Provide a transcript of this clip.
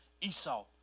Esau